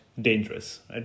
dangerous